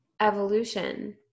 evolution